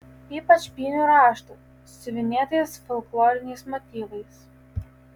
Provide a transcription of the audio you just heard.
ypač pynių rašto siuvinėtais folkloriniais motyvais